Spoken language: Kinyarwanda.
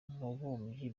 mubumbyi